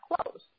close